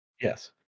Yes